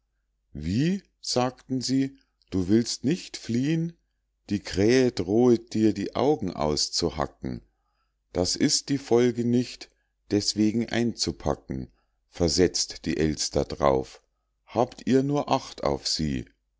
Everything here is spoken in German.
wie sagten sie du willst nicht fliehn die krähe drohet dir die augen auszuhacken das ist die folge nicht deßwegen einzupacken versetzt die elster d'rauf habt ihr nur acht auf sie